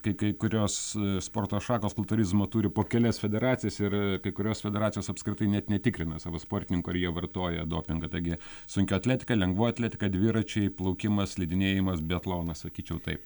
kai kai kurios sporto šakos kultūrizmo turi po kelias federacijas ir kai kurios federacijos apskritai net netikrina savo sportininkų ar jie vartoja dopingą taigi sunkioji atletika lengvoji atletika dviračiai plaukimas slidinėjimas biatlonas sakyčiau taip